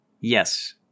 Yes